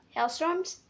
Hailstorms